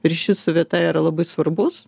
ryšys su vieta yra labai svarbus